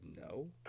no